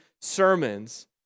sermons